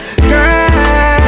girl